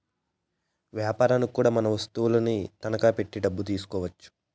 యాపారనికి కూడా మనం వత్తువులను తనఖా పెట్టి డబ్బు తీసుకోవచ్చు